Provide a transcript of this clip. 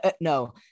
no